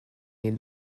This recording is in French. n’est